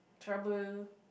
trouble